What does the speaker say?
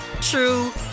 true